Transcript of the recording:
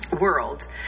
world